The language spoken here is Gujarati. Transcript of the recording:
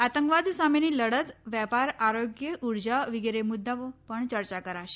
આતંકવાદ સામેની લડત વેપાર આરોગ્ય ઊર્જા વિગેરે મુદ્દે પણ ચર્ચા કરાશે